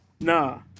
Nah